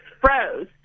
froze